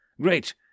Great